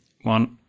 one